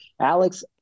Alex